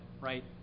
right